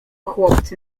chłopcy